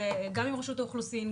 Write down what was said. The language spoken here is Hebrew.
גם עם רשות האוכלוסין,